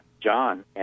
John